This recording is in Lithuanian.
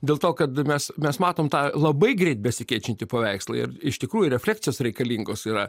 dėl to kad mes mes matom tą labai greit besikeičiantį paveikslą ir iš tikrųjų reflekcijos reikalingos yra